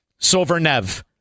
Sovernev